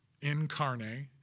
incarnate